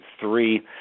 three